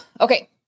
Okay